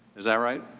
is that right?